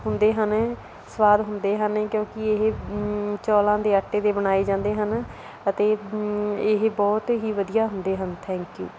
ਹੁੰਦੇ ਹਨ ਸਵਾਦ ਹੁੰਦੇ ਹਨ ਕਿਉਂਕਿ ਇਹ ਚੋਲਾਂ ਦੇ ਆਟੇ ਦੇ ਬਣਾਏ ਜਾਂਦੇ ਹਨ ਅਤੇ ਇਹ ਬਹੁਤ ਹੀ ਵਧੀਆ ਹੁੰਦੇ ਹਨ ਥੈਂਕਿ ਊ